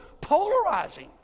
polarizing